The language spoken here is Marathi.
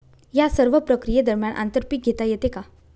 या सर्व प्रक्रिये दरम्यान आंतर पीक घेता येते का?